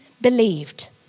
believed